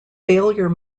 failure